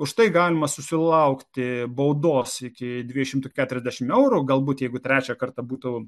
už tai galima susilaukti baudos iki dviejų šimtų keturiasdešimt eurų galbūt jeigu trečią kartą būtų